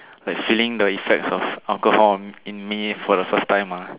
like feeling the effects of the alcohol in me for the first time uh